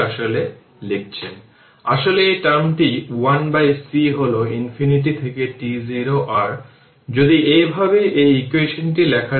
half ω R t half L I0 square 1 e থেকে power 2 t τ এটি equation 27